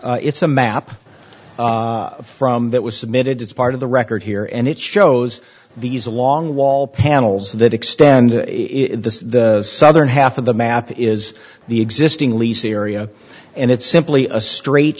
it's a map from that was submitted it's part of the record here and it shows these long wall panels that extend the southern half of the map is the existing lease area and it's simply a straight